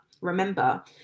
remember